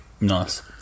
Nice